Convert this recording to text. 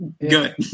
Good